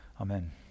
Amen